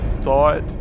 thought